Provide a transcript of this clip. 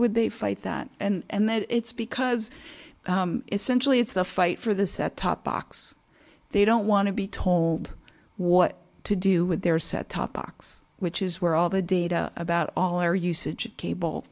would they fight that and it's because essentially it's the fight for the set top box they don't want to be told what to do with their set top box which is where all the data about all our usage cable